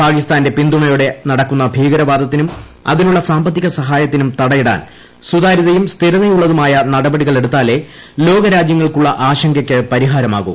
പാകിസ്ഥാന്റെ പിന്തുണയോടെ നടക്കുന്ന ഭീകരവാദത്തിനും അതിനുള്ള സാമ്പത്തിക സഹായത്തിനും തടയിടാൻ സുതാര്യതയും സ്ഥിരതയുള്ളതുമായ നടപടികളെടുത്താലേ ലോക രാജ്യങ്ങൾക്കുള്ള ആശങ്കയ്ക്ക് പരിഹാരമാകൂ